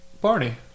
Barney